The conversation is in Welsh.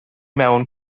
mewn